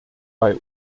bei